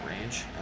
range